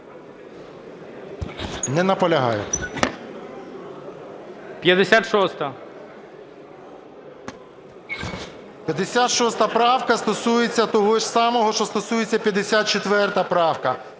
ВЛАСЕНКО С.В. 56 правка стосується того ж самого, що стосується 54 правка.